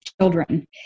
children